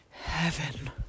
Heaven